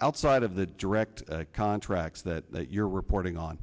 outside of the direct contracts that you're reporting on